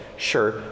Sure